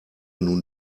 nun